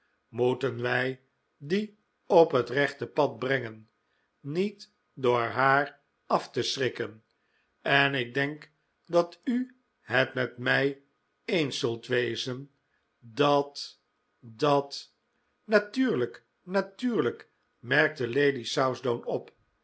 moeten wij die op het rechte pad brengen niet door haar af te schrikken en ik denk dat u het met mij eens zult wezen dat dat natuurlijk natuurlijk merkte lady southdown op